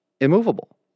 immovable